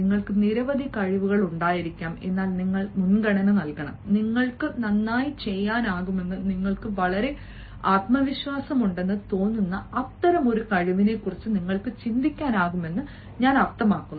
നിങ്ങൾക്ക് നിരവധി കഴിവുകൾ ഉണ്ടായിരിക്കാം എന്നാൽ നിങ്ങൾ മുൻഗണന നൽകണം നിങ്ങൾക്ക് നന്നായി ചെയ്യാനാകുമെന്ന് നിങ്ങൾക്ക് വളരെ ആത്മവിശ്വാസമുണ്ടെന്ന് തോന്നുന്ന അത്തരം ഒരു കഴിവിനെക്കുറിച്ച് നിങ്ങൾക്ക് ചിന്തിക്കാനാകുമെന്ന് ഞാൻ അർത്ഥമാക്കുന്നു